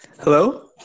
Hello